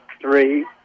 three